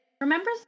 Remember